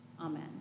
Amen